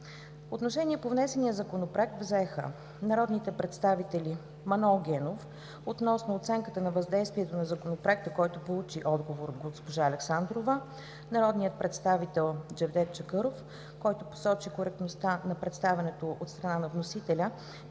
Отношение по внесения Законопроект взеха: народният представител Манол Генов относно оценката на въздействието на Законопроекта, който получи отговор от госпожа Александрова; народният представител Джевдет Чакъров, който посочи коректността на представянето от страна на вносителя